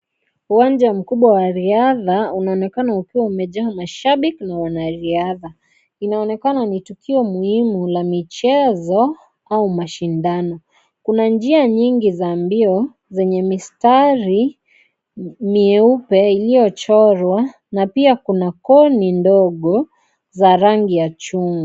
Uwanja mkubwa wa riadha unaonekana ukiwa umejaa mashabiki na wanariadha, inaonekana ni tukio muhimu la michezo au mashindano, kuna njia nyingi za mbio zenye mistari mieupe iliyochorwa na pia kuna koni ndogo za rangi ya chungwa.